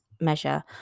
measure